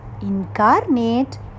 incarnate